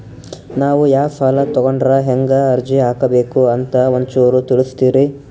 ನಾವು ಯಾ ಸಾಲ ತೊಗೊಂಡ್ರ ಹೆಂಗ ಅರ್ಜಿ ಹಾಕಬೇಕು ಅಂತ ಒಂಚೂರು ತಿಳಿಸ್ತೀರಿ?